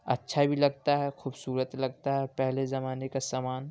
اچھا بھی لگتا ہے خوبصورت لگتا ہے پہلے زمانے کا سامان